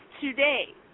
today